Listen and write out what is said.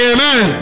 Amen